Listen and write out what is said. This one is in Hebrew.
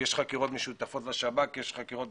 יש חקירות משותפות עם השב"כ, ויש חקירות